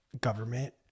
government